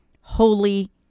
Holy